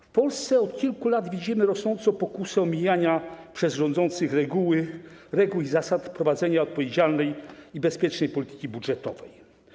W Polsce od kilku lat widzimy rosnącą pokusę omijania przez rządzących reguł i zasad prowadzenia odpowiedzialnej i bezpiecznej polityki budżetowej.